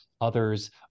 others